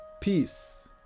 peace